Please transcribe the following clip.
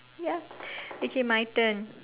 ya okay my turn